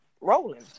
rolling